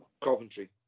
Coventry